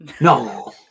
No